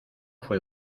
fue